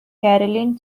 caroline